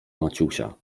maciusia